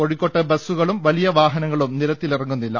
കോഴിക്കോട്ട് ബസുകളും വലിയ വാ ഹനങ്ങളും നിരത്തിലിറങ്ങുന്നില്ല